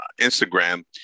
Instagram